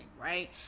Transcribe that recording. right